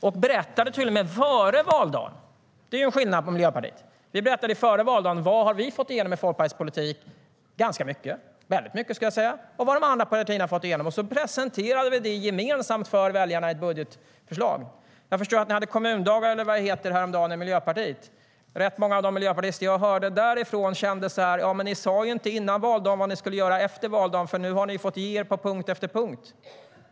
Vi berättade till och med före valdagen, till skillnad från Miljöpartiet, vad vi har fått igenom av Folkpartiets politik - det är väldigt mycket, skulle jag säga - och vad de andra partierna har fått igenom. Vi presenterade det sedan gemensamt för väljarna i ett budgetförslag. Miljöpartiet hade kommundagar, eller vad det heter, häromdagen. Rätt många av de miljöpartister jag hörde därifrån kände att ni inte sa före valdagen vad ni skulle göra efter valdagen, för nu har ni fått ge er på punkt efter punkt.